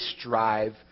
strive